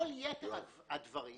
כל יתר הדברים